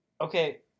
Okay